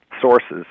sources